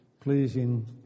Pleasing